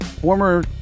former